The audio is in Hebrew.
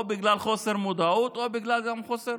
או בגלל חוסר מודעות או בגלל חוסר